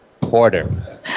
Porter